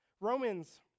Romans